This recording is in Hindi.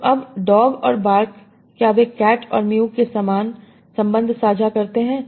तो अबडॉग और बार्क क्या वे कैट और मियू के समान संबंध साझा करते हैं